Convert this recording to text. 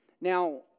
Now